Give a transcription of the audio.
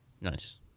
Nice